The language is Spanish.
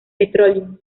petróleo